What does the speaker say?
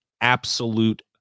absolute